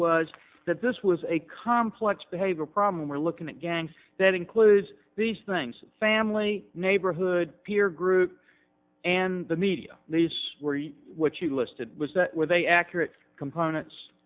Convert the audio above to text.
was that this was a complex behavior problem and we're looking at gangs that includes these things family neighborhood peer group and the media what you listed was that with a accurate components